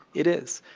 it is.